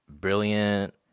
brilliant